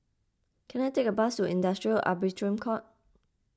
can I take a bus to Industrial Court